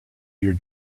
your